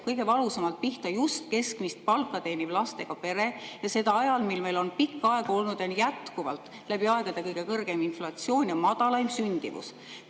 kõige valusamalt pihta just keskmist palka teeniv lastega pere ja seda ajal, mil meil on pikka aega olnud ja on jätkuvalt läbi aegade kõige kõrgem inflatsioon ja madalaim sündimus.